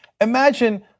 imagine